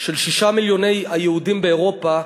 של שישה מיליוני היהודים באירופה,